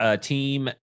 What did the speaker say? team